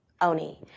Oni